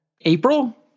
April